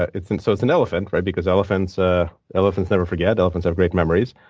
it's an so it's an elephant because elephants ah elephants never forget. elephants have great memories.